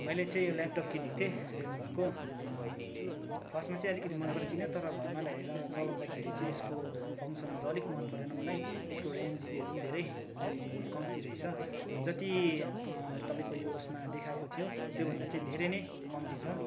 मैले चाहिँ यो ल्यापटप किनेको थिएँ लेनोभोको फर्स्टमा चाहिँ अलिकति मन परेको थिएन तर घरमा ल्याएर चलाउँदाखेरि चाहिँ यसको फङ्सनहरू अलिक मनपरेन मलाई यसको रेम जिबीहरू पनि धेरै कम्ती रहेछ जति तपाईँको यो उसमा देखाएको थियो त्यो भन्दा चाहिँ धेरै नै कम्ती छ